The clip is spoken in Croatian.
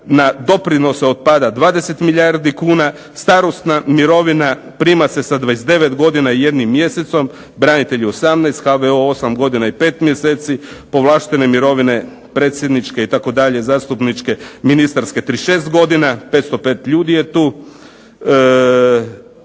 na doprinose otpada 20 milijardi kuna. Starosna mirovina prima se sa 29 godina i jednim mjesecom, branitelji 18, HVO 8 godina i 5 mjeseci, povlaštene mirovine predsjedniče itd. zastupničke, ministarske 36 godina, 505 ljudi je tu.